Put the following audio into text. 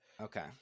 okay